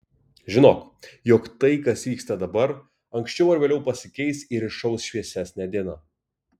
žinok jog tai kas vyksta dabar anksčiau ar vėliau pasikeis ir išauš šviesesnė diena